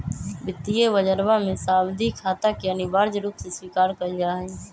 वित्तीय बजरवा में सावधि खाता के अनिवार्य रूप से स्वीकार कइल जाहई